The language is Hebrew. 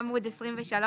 עמוד 23,